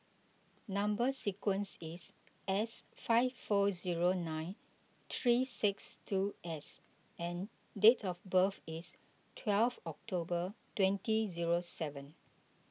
Number Sequence is S five four zero nine three six two S and date of birth is twelve October twenty zero seven